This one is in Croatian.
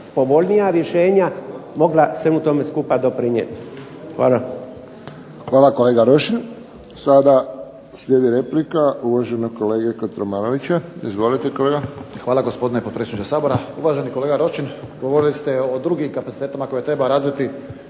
povoljnija rješenja mogla svemu tome skupa doprinijeti. Hvala. **Friščić, Josip (HSS)** Hvala kolega Rošin. Sada slijedi replika uvaženog kolege Kotromanovića. Izvolite kolega. **Kotromanović, Ante (SDP)** Hvala gospodine potpredsjedniče Sabora. Uvaženi kolega Rošin, govorili ste o drugim kapacitetima koje treba razviti,